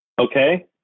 okay